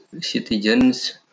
citizens